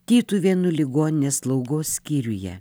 tytuvėnų ligoninės slaugos skyriuje